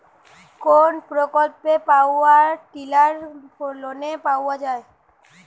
কোন প্রকল্পে power tiller লোনে পাওয়া য়ায়?